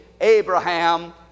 Abraham